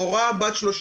מורה בת 30,